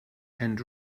and